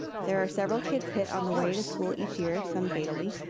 there are several kids hit on the way to school each year, some fatally.